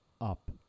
up